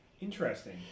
Interesting